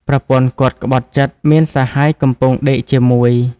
ប្រពន្ធគាត់ក្បត់ចិត្ត មានសហាយកំពុងដេកជាមួយ។